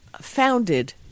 founded